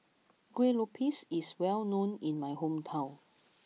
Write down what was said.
Kuih Lopes is well known in my hometown